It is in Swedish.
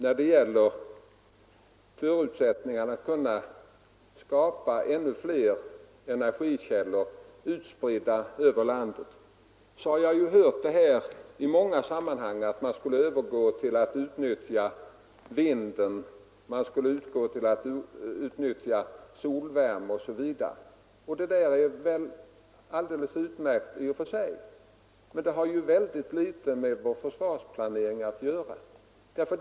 När det gäller förutsättningarna för att skapa ännu fler energikällor utspridda över landet har jag många gånger hört sägas att man borde övergå till att utnyttja vinden, solvärmen osv. Det är väl i och för sig utmärkt, men det har väldigt litet med vår försvarsplanering att göra.